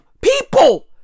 people